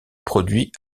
produits